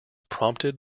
prompted